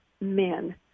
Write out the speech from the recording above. men